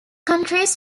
countries